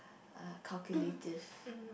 err calculative